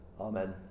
Amen